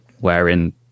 wherein